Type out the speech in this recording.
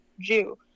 jew